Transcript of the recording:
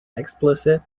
explicit